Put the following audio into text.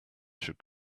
should